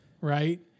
Right